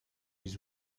his